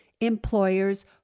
employer's